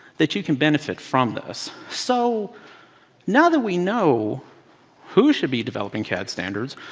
that you can benefit from this. so now that we know who should be developing cad standards,